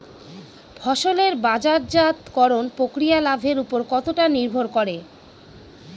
ফসলের বাজারজাত করণ প্রক্রিয়া লাভের উপর কতটা নির্ভর করে?